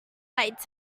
light